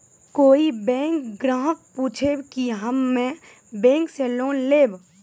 कोई बैंक ग्राहक पुछेब की हम्मे बैंक से लोन लेबऽ?